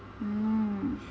oh